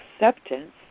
acceptance